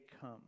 Come